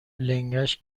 لنگش